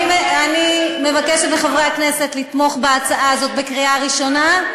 אני מבקשת מחברי הכנסת לתמוך בהצעה הזאת בקריאה ראשונה,